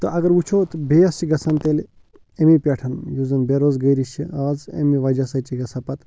تہٕ اگر وٕچھو تہٕ بیس چھِ گَژھان تیٚلہِ اَمی پٮ۪ٹھ یُس زَن بے روزگٲری چھِ آز اَمی وَجہ سۭتۍ چھِ گَژھان پتہٕ